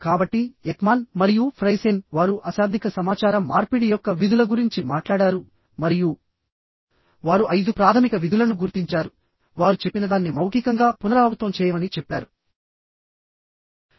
కాబట్టి ఎక్మాన్ మరియు ఫ్రైసేన్ వారు అశాబ్దిక సమాచార మార్పిడి యొక్క విధుల గురించి మాట్లాడారు మరియు వారు ఐదు ప్రాథమిక విధులను గుర్తించారువారు చెప్పినదాన్ని మౌఖికంగా పునరావృతం చేయమని చెప్పారు